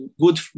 good